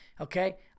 okay